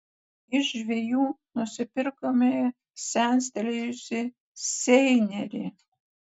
iš žvejų nusipirkome senstelėjusį seinerį